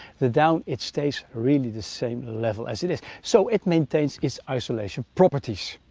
the down, it stays really the same level as it is. so, it maintains its isolation properties.